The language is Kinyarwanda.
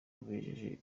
bejeje